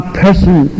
person